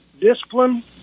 discipline